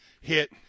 hit